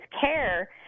care